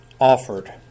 offered